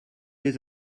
les